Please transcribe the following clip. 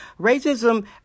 Racism